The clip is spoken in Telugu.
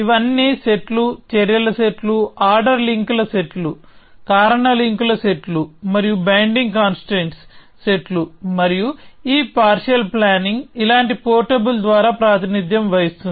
ఇవన్నీ సెట్లు చర్యల సెట్లు ఆర్డర్ లింక్ ల సెట్లు కారణ లింకుల సెట్ మరియు బైండింగ్ కన్స్ట్రైంట్స్ సెట్లు మరియు ఈ పార్షియల్ ప్లానింగ్ ఇలాంటి పోర్టబుల్ ద్వారా ప్రాతినిధ్యం వహిస్తుంది